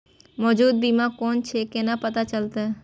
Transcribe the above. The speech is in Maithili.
मौजूद बीमा कोन छे केना पता चलते?